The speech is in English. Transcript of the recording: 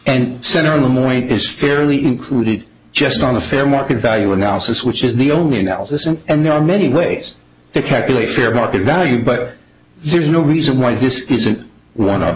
and center in the way it is fairly included just on the fair market value analysis which is the only analysis in and there are many ways to calculate fair market value but there's no reason why this isn't one of